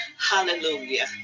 Hallelujah